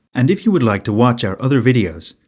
and if you would like to watch our other videos,